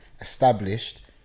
established